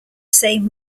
same